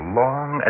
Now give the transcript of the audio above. long